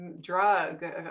drug